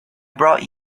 brought